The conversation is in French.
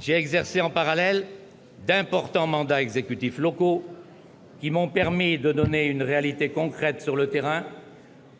J'ai exercé en parallèle d'importants mandats exécutifs locaux, qui m'ont permis de donner une réalité concrète, sur le terrain,